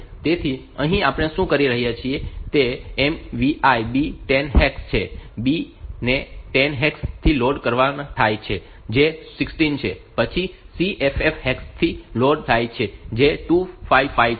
તેથી અહીં આપણે શું કરી રહ્યા છીએ તે MVI B10 હેક્સ છે B એ 10 હેક્સ થી લોડ થાય છે જે 16 છે પછી C FF હેક્સ થી લોડ થાય છે જે 255 છે